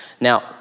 Now